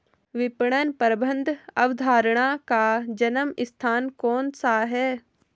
विपणन प्रबंध अवधारणा का जन्म स्थान कौन सा है?